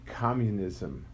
communism